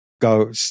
go